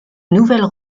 nouvelles